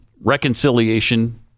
reconciliation